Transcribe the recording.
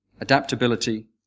adaptability